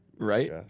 Right